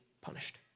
punished